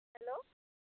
hello